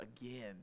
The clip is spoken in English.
again